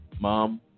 Mom